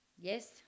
Yes